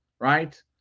right